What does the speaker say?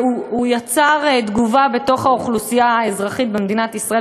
והוא יצר תגובה בתוך האוכלוסייה האזרחית במדינת ישראל,